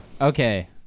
Okay